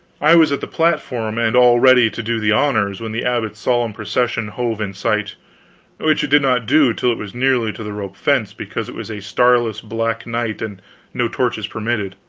i was at the platform and all ready to do the honors when the abbot's solemn procession hove in sight which it did not do till it was nearly to the rope fence, because it was a starless black night and no torches permitted.